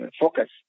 focus